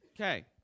Okay